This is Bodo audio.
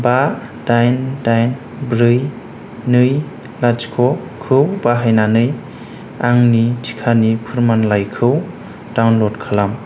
बा दाइन दाइन ब्रै नै लाथिख' खौ बाहायनानै आंनि टिकानि फोरमानलाइखौ डाउनल'ड खालाम